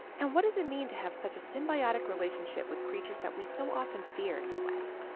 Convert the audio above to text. and what does it mean to have such a symbiotic relationship with creatures that we so often fear in the west?